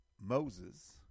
Moses